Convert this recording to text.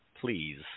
Please